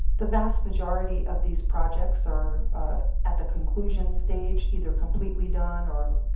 the vast majority of these projects are at the conclusion stage, either completely done or